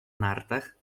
nartach